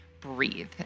breathe